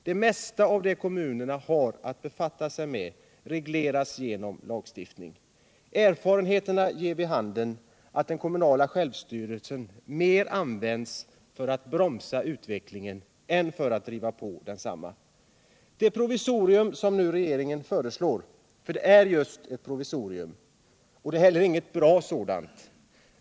Det mesta av det kommunerna har att befatta sig med regleras genom lagstiftning. Erfarenheterna ger vid handen att den ”kommunala självstyrelsen” mer används för att bromsa utvecklingen än för att driva på den. Det provisorium som regeringen nu föreslår — för det är just ett provisorium — är inget bra sådant.